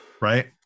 Right